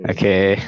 Okay